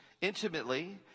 intimately